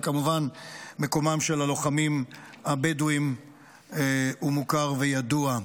וכמובן מקומם של הלוחמים הבדואים מוכר וידוע.